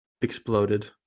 exploded